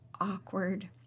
awkward